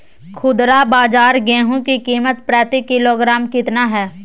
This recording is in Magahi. खुदरा बाजार गेंहू की कीमत प्रति किलोग्राम कितना है?